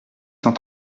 cent